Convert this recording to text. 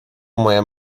moje